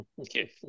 Okay